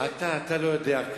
אתה לא יודע כמה.